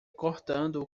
cortando